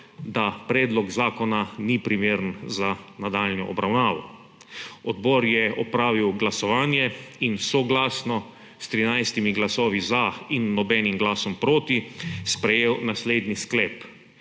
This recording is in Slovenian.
da predlog zakona ni primeren za nadaljnjo obravnavo. Odbor je opravil glasovanje in soglasno s 13 glasovi za in nobenim glasom proti sprejel naslednji sklep: